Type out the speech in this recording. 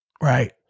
Right